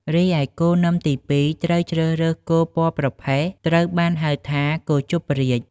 រីឯគោនឹមទី២ ត្រូវជ្រើសរើសគោ ពណ៌ប្រផេះ ត្រូវបានហៅថា គោជប់រាជ។